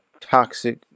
toxic